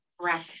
right